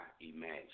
imagine